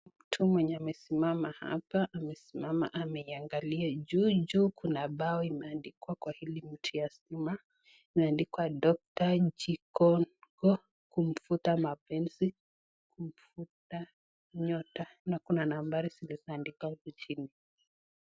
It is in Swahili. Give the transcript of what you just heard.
Mtu mwenye amesimama hapa, amesimama ameiangalia juu juu, kuna bao imeandikwa kwa hili mti ya sima. Imeandikwa Doctor Njikongo kumfuta mapenzi, kumfuta nyota na kuna nambari zimeandikwa huku chini.